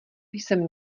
jsem